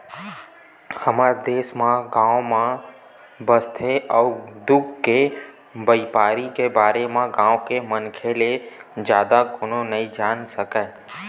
हमर देस ह गाँव म बसथे अउ दूद के बइपार के बारे म गाँव के मनखे ले जादा कोनो नइ जान सकय